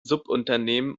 subunternehmen